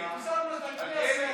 פיזרנו את הכנסת,